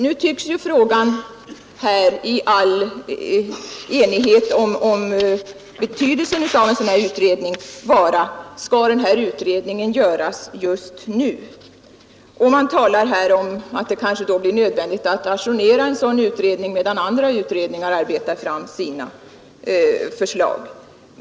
Nu tycks ju frågan, i all enighet om betydelsen av en sådan här utredning, vara: Skall utredningen göras just nu? Man talar om att det kanske blir nödvändigt att ajournera en sådan utredning medan andra utredningar arbetar fram sina förslag.